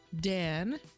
Dan